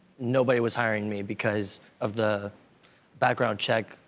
nobody was hiring me because of the background check,